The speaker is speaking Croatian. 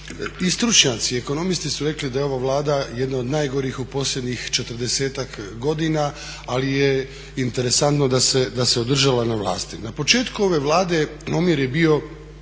I stručnjaci i ekonomisti su rekli da je ovo Vlada jedna od najgorih u posljednjih 40-ak godina, ali je interesantno da se održala na vlasti. Na početku ove Vlade omjer je bio